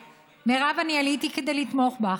מירב, אני עליתי כדי לתמוך בך.